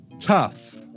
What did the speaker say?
tough